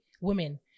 women